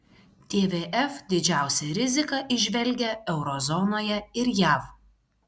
tvf didžiausią riziką įžvelgia euro zonoje ir jav